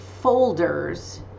folders